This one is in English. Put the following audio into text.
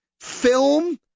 film